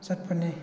ꯆꯠꯄꯅꯤ